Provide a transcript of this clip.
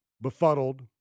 befuddled